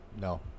No